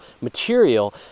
material